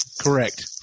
Correct